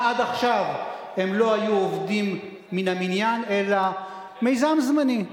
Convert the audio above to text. עד עכשיו הם לא היו עובדים מן המניין אלא מיזם זמני.